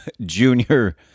junior